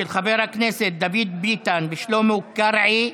של חברי הכנסת דוד ביטן ושלמה קרעי,